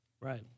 right